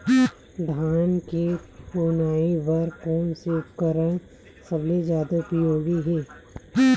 धान के फुनाई बर कोन से उपकरण सबले जादा उपयोगी हे?